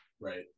right